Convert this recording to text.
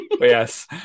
yes